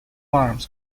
arms